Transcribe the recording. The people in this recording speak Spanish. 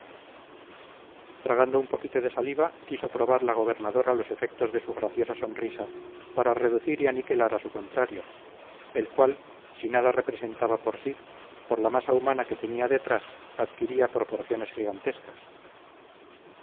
tragando un poquito de saliva quiso probar la gobernadora los efectos de su graciosa sonrisa para reducir y aniquilar a su contrario el cual si nada representaba por sí por la masa humana que tenía detrás adquiría proporciones gigantescas